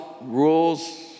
rules